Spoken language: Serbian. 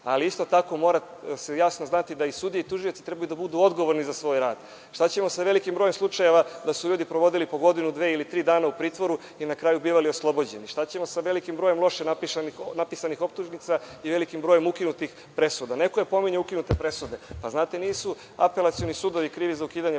Isto tako mora se jasno znati da i sudije i tužioci trebaju da budu odgovorni za svoj rad. Šta ćemo sa velikim brojem slučajeva gde su ljudi provodili po godinu ili dve ili tri dana u pritvoru i na kraju bivali oslobođeni? Šta ćemo sa velikim brojem loših napisanih optužnica i velikim brojem ukinutih presuda? Neko je pominjao ukinute presude. Znate, nisu apelacioni sudovi krivi za ukidanje